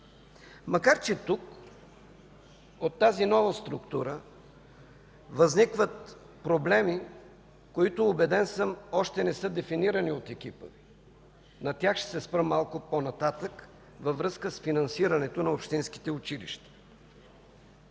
макар че тук от тази нова структура възникват проблеми, които, убеден съм, още не са дефинирани от екипа Ви – на тях ще се спра малко по-нататък, във връзка с финансирането на общинските училища.